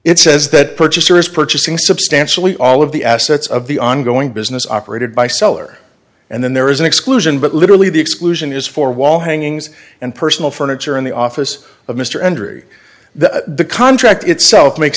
it says that purchaser is purchasing substantially all of the assets of the ongoing business operated by seller and then there is an exclusion but literally the exclusion is for wall hangings and personal furniture in the office of mr andrews the contract itself makes